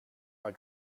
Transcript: are